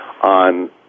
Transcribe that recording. on